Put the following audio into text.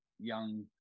young